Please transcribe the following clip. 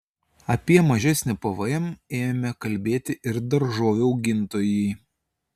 apie mažesnį pvm ėmė kalbėti ir daržovių augintojai